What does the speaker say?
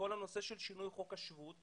כל הנושא של שינוי חוק השבות,